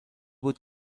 بود